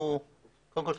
קודם כל,